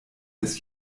des